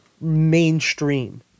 mainstream